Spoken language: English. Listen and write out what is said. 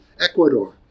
Ecuador